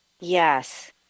Yes